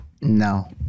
No